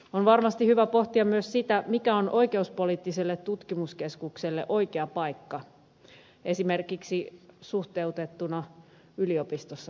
on varmasti hyvä pohtia myös sitä mikä on oikeuspoliittiselle tutkimuslaitokselle oikea paikka esimerkiksi suhteutettuna yliopistossa tehtävään tutkimukseen